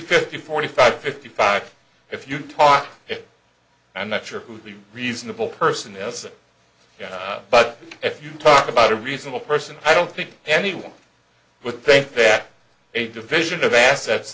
fifty forty five fifty five if you talk i'm not sure who would be a reasonable person as yet but if you talk about a reasonable person i don't think anyone would think that a division of assets